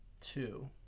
two